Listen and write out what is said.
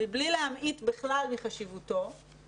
מבלי להמעיט בכלל מחשיבותו,